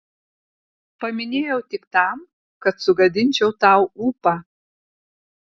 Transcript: paminėjau tik tam kad sugadinčiau tau ūpą